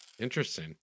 interesting